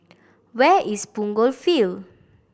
where is Punggol Field